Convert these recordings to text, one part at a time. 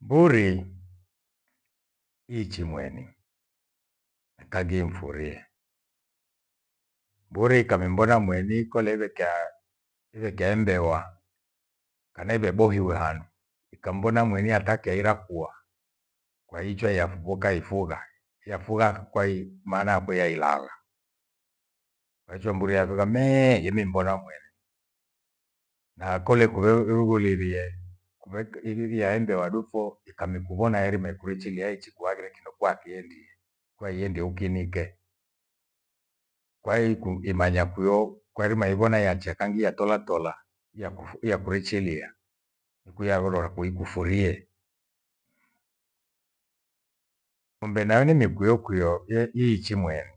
Mburi iichi mwení, kangi imfurie. Mburi ikamimbona mweni kole igwekea, iwekewa embewa kana ivebohiwa handu. Ikamvona mweni atakyaira kuwa. Kwaiichwa yakuvoka ifugha, yafugha kwai maana yake yailagha. Kwaicho mburi yafugha nimbora mweni na kole Kugheruiughulilie- kumeki iririe aende wadufo. Ikamikuvona yairima ikurichililie yaiichikuaghire kindo kwakiendie. Kwaiendie ukinike kwaiukwimanya kwiyo kwairima ivyona yacha kangi atitola tola yakufu- yakurichilia nikuyaurora kuikufurie. Ngumbe nayo ni mikuyo kuyo iichi mweni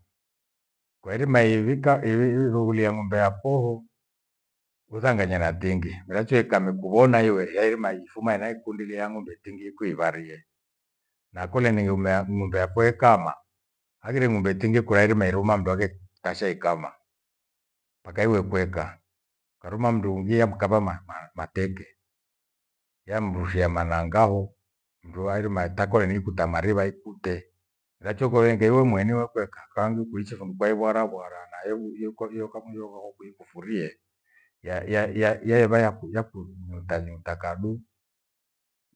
kwairima ivika iirughuria ng’ombe yapho usanganye na tingi. Miracho ikakuvona iwe yairima ifuma inakuindilia Ng’ombe tingi ikuivarie na kole ni ng’ombe yakwe ekama aghire ng'ombe tingi kwairima iruma mundu aghe kashe ikama. Mpaka iwe kweka ukaruma mdu hungi yamkava ma- mateke ya mrushia mananga hoo mdu airima itakwa henikuta mariva ikute miracho kolengewe mweni we kweka kaangi kuichi fundu Kwaivaravara na yoyoka kuwai ikufurie yaevaya yaku- nyutanyuta kadu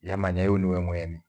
yamanya imu we mweni